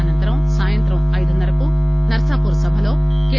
అనంతరం సాయంత్రం ఐదున్నరకు నర్పాపూర్ సభలో కె